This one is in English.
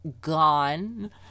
Gone